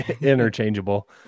interchangeable